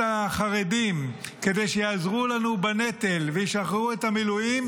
החרדים כדי שיעזרו לנו בנטל וישחררו את המילואים,